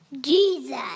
Jesus